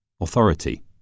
authority